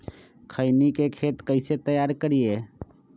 खैनी के खेत कइसे तैयार करिए?